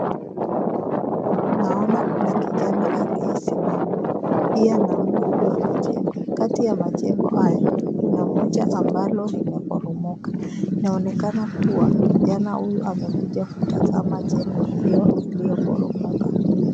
Naona kuna kijana aliyesimama, pia naona kuna majengo, kati ya majengo hayo, kuna moja ambalo limeporomoka na inaonekana kuwa kijana huyu amekuja kutazama jengo hiyo iliyoporomoka.